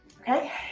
okay